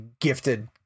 gifted